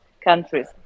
countries